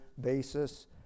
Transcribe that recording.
basis